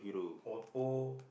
Oppo